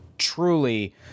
truly